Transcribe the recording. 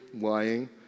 lying